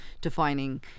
defining